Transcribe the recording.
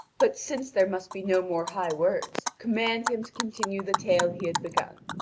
but since there must be no more high words, command him to continue the tale he had begun.